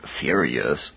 furious